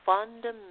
fundamental